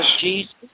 Jesus